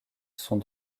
sont